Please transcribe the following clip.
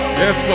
yes